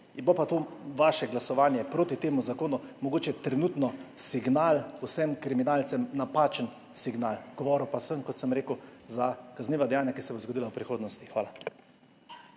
Bo pa to vaše glasovanje proti temu zakonu mogoče trenutno signal vsem kriminalcem, napačen signal. Govoril pa sem, kot sem rekel, za kazniva dejanja, ki se bo zgodila v prihodnosti. Hvala.